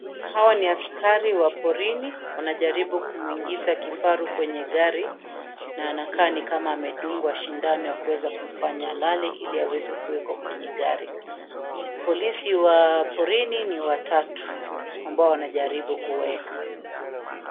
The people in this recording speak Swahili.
Hawa ni askari wa porini, wanajaribu kumuingiza kifaru kwenye gari, na anakaa ni kama amedungwa sindano ya kuweza kumfanya alale ili aweze kuwekwa kwenye gari. Polisi wa porini ni watatu, ambao wanajaribu kuweka